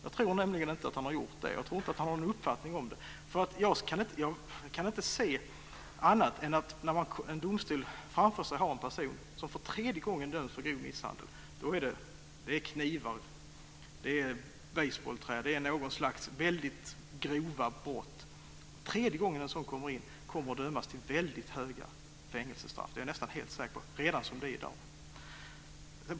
Jag tror inte att han har gjort det, och jag tror inte att han har någon uppfattning om detta. När en domstol framför sig har en person som för tredje gången döms för grov misshandel har det såvitt jag förstår varit fråga om användning av knivar, basebollträn e.d., alltså väldigt grova brott. Tredje gången en sådan person ställs inför rätta kommer det att utdömas ett väldigt högt fängelsestraff redan som det är i dag; det är jag nästan helt säker på.